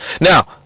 Now